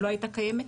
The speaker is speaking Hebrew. היא לא היתה קיימת,